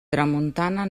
tramuntana